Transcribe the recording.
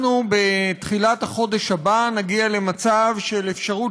בתחילת החודש הבא נגיע למצב של אפשרות